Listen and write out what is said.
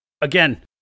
Again